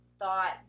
Thought